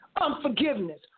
unforgiveness